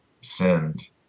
send